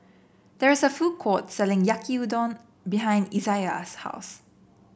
there is a food court selling Yaki Udon behind Izaiah's house